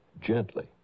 gently